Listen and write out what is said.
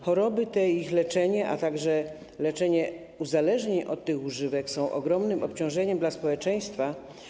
Choroby te i ich leczenie, a także leczenie uzależnień od tych używek są ogromnym obciążeniem dla społeczeństwa.